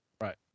Right